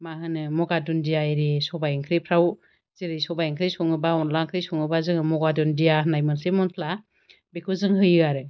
मा होनो मगा दुन्दिया एरि सबाय ओंख्रिफ्राव जेरै सबाय ओंख्रि सङोबा अनला ओंख्रि सङोबा जोङो मगा दुन्दिया होन्नाय मोनसे मस्ला बेखौ जों होयो आरो